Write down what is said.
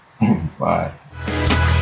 Bye